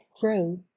grow